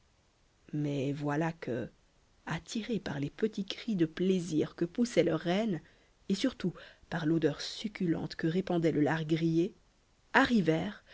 mais voilà que attirés par les petits cris de plaisir que poussait leur reine et surtout par l'odeur succulente que répandait le lard grillé